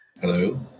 hello